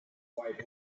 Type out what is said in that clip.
white